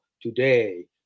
today